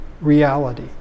reality